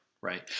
right